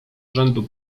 rzędu